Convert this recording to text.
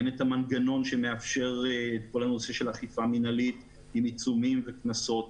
אין מנגנון שמאפשר את כל הנושא של אכיפה מינהלית עם עיצומים וקנסות.